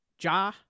Ja